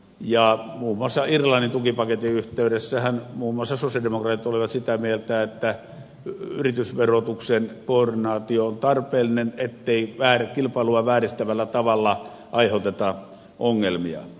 ja muun muassa irlannin tukipaketin yhteydessähän muun muassa sosialidemokraatit olivat sitä mieltä että yritysverotuksen koordinaatio on tarpeellinen ettei kilpailua vääristävällä tavalla aiheuteta ongelmia